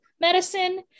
medicine